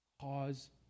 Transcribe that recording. cause